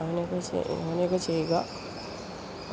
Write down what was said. അങ്ങനെ ഒക്കെ അങ്ങനെ ഒക്കെ ചെയ്യുക